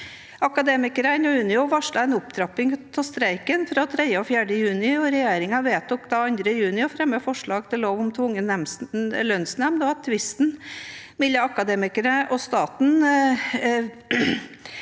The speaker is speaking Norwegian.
Akademikerne og Unio varslet en opptrapping av streiken fra 3. og 4. juni, og regjeringen vedtok 2. juni å fremme forslag til lov om tvungen lønnsnemnd, og at tvisten mellom Akademikerne og staten